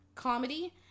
comedy